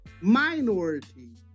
minority